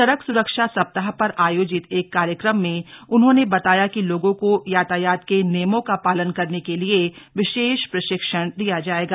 सड़क सुरक्षा सप्ताह पर आयोजित एक कार्यक्रम में उन्होंने बताया कि लोगों को यातायात के नियमों का पालन करने के लिए विशेष प्रशिक्षण दिया जाएगा